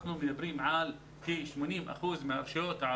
אנחנו מדברים על כך שכ-80 אחוזים מהרשויות המקומיות